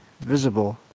Visible